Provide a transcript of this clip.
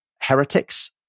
heretics